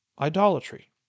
idolatry